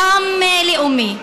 גם לאומי.